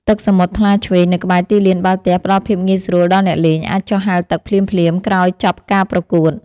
ទឹកសមុទ្រថ្លាឈ្វេងនៅក្បែរទីលានបាល់ទះ ផ្ដល់ភាពងាយស្រួលដល់អ្នកលេងអាចចុះហែលទឹកភ្លាមៗក្រោយចប់ការប្រកួត។